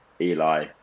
Eli